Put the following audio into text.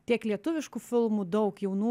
tiek lietuviškų filmų daug jaunų